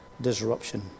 disruption